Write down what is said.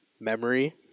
memory